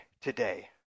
today